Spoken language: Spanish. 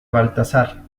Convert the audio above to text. baltasar